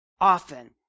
often